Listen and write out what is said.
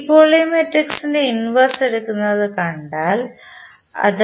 ഇപ്പോൾ ഈ മാട്രിക്സിൻറെ ഇൻവെർസ് എടുക്കുന്നത് കണ്ടാൽ അത്